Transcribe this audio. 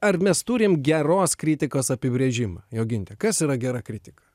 ar mes turime geros kritikos apibrėžimą jogintė kas yra gera kritika